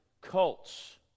cults